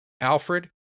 Alfred